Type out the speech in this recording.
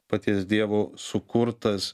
paties dievo sukurtas